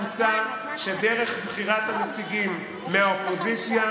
מוצע שדרך בחירת הנציגים מהאופוזיציה